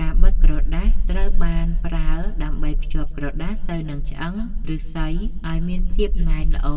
កាវបិទក្រដាស ត្រូវបានប្រើដើម្បីភ្ជាប់ក្រដាសទៅនឹងឆ្អឹងឫស្សីឱ្យមានភាពណែនល្អ